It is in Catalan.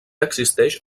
existeix